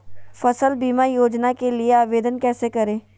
फसल बीमा योजना के लिए आवेदन कैसे करें?